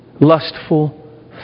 lustful